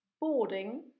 boarding